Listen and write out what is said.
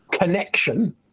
connection